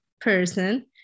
person